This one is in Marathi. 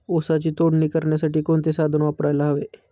ऊसाची तोडणी करण्यासाठी कोणते साधन वापरायला हवे?